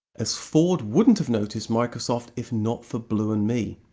as ford wouldn't have noticed microsoft if not for blue and me.